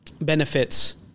benefits